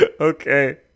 Okay